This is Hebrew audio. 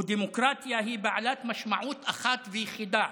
דמוקרטיה היא בעלת משמעות אחת ויחידה,